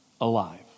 alive